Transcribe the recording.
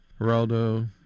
Geraldo